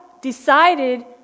decided